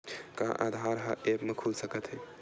का आधार ह ऐप म खुल सकत हे?